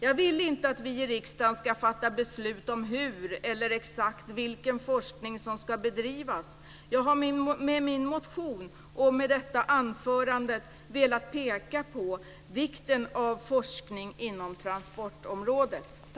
Jag vill inte att vi i riksdagen ska fatta beslut om hur forskning ska bedrivas eller exakt vilken forskning som ska bedrivas. Jag har med min motion och med detta anförande velat peka på vikten av forskning inom transportområdet.